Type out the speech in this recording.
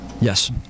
Yes